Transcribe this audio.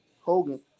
Hogan